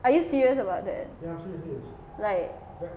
are you serious about that like